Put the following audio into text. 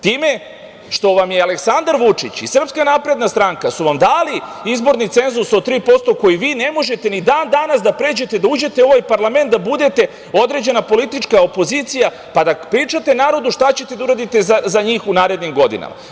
Time što vam je Aleksandar Vučić i SNS su vam dali izborni cenzus od 3% koji vi ne možete ni dan danas da pređete, da uđete u ovaj parlament da budete određena politička opozicija, pa da pričate narodu šta ćete da uradite za njih u narednim godinama?